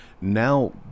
Now